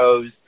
shows